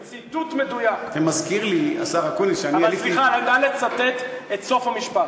זה ציטוט מדויק, אבל סליחה, נא לצטט את סוף המשפט.